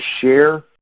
share